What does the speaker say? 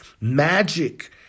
magic